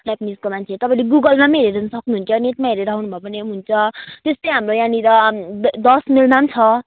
जापानिजको मान्छे तपाईँले गुगलमा पनि हेर्न सक्नुहुन्छ नेटमा हेरेर आउनुभयो भने हुन्छ त्यस्तै हाम्रो यहाँनिर द दस माइलमा पनि छ